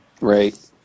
Right